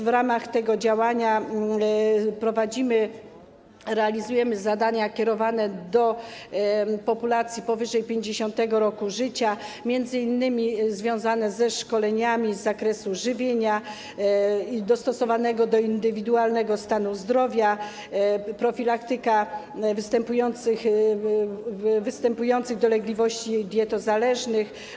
W ramach tego działania prowadzimy, realizujemy zadania kierowane do populacji powyżej 50. roku życia, m.in. związane ze szkoleniami z zakresu żywienia dostosowanego do indywidualnego stanu zdrowia, z profilaktyką występujących dolegliwości dietozależnych.